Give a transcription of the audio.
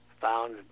found